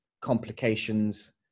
complications